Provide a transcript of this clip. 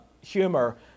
humor